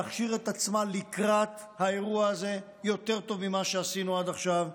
להכשיר את עצמה לקראת האירוע הזה יותר טוב ממה שעשינו עד עכשיו,